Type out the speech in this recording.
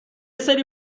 سری